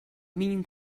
mean